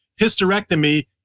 hysterectomy